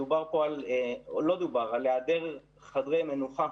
דובר פה על היעדר חדרי מנוחה.